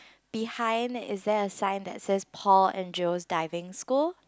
behind is there a sign that says Paul and Joe's Diving School